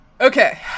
Okay